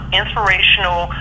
inspirational